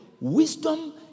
wisdom